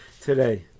today